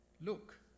look